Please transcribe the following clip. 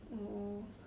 oh